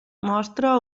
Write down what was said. mostra